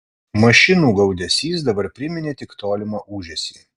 mašinų gaudesys dabar priminė tik tolimą ūžesį